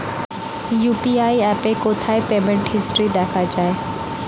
UPI অ্যাপে কোথায় payment history দেখা যায়?